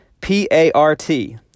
P-A-R-T